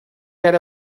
get